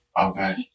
Okay